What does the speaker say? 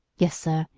yes, sir,